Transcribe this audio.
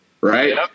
right